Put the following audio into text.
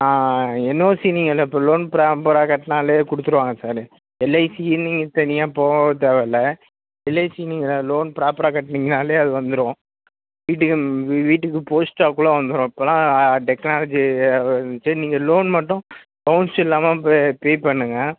ஆ ஆ ஆ என்ஓசி நீங்கள் இந்த இப்போ லோன் ப்ராப்பராக கட்டினாலே கொடுத்துருவாங்க சார் எல்ஐசினு நீங்கள் தனியாக போகத் தேவைல்ல எல்ஐசி நீங்கள் லோன் ப்ராப்பராக கட்டினீங்கனாலே அது வந்துடும் வீட்டுக்கு வீட்டுக்கு போஸ்ட்டாக கூட வந்துடும் இப்போல்லாம் ஆ டெக்னாலஜி சரி நீங்கள் லோன் மட்டும் பவுன்ஸ் இல்லாமல் பே பே பண்ணுங்கள்